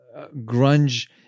Grunge